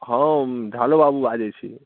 हम ढालो बाबू बाजैत छी